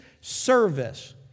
service